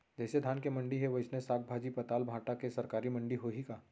जइसे धान के मंडी हे, वइसने साग, भाजी, पताल, भाटा के सरकारी मंडी होही का?